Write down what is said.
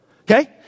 Okay